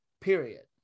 period